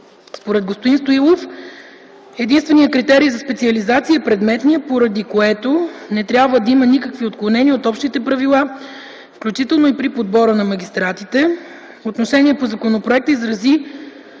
Според господин Стоилов единственият критерий за специализация е предметният, поради което не трябва да има никакви отклонения от общите правила, включително и при подбора на магистратите. Отношение по законопроекта изрази